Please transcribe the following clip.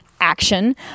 action